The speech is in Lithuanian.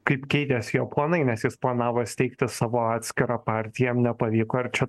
kaip keitės jo planai nes jis planavo steigti savo atskirą partiją jam nepavyko ir čia